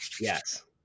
yes